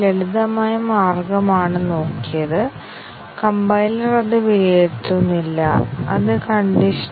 കൂടാതെ ഇവിടെ 6 പ്രസ്താവനകളുണ്ട് കൂടാതെ എല്ലാ സ്റ്റേറ്റ്മെന്റുകളും ഉൾക്കൊള്ളുന്ന ടെസ്റ്റ് കേസുകൾ ഞങ്ങൾക്ക് ഉണ്ടായിരിക്കണം